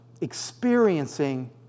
experiencing